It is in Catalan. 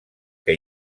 que